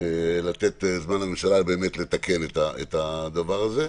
לתת לממשלה זמן לתקן את הדבר הזה.